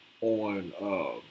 on